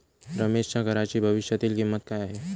रमेशच्या घराची भविष्यातील किंमत काय आहे?